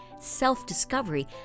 self-discovery